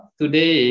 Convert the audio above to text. Today